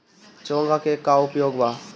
चोंगा के का उपयोग बा?